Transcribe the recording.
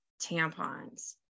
tampons